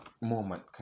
Moment